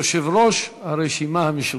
יושב-ראש הרשימה המשותפת.